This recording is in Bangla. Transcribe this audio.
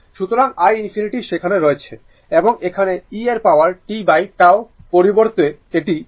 সুতরাং iinfinity সেখানে রয়েছে এবং এখানে e এর পাওয়ার tτ পরিবর্তে এটি e t t t 0τ হবে